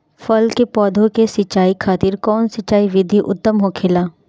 फल के पौधो के सिंचाई खातिर कउन सिंचाई विधि उत्तम होखेला?